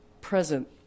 present